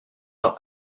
dans